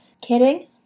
kidding